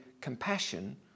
Compassion